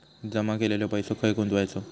जमा केलेलो पैसो खय गुंतवायचो?